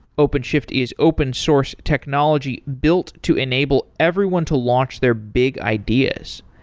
openshift is open source technology built to enable everyone to launch their big ideas.